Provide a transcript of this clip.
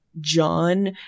john